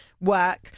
work